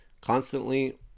constantly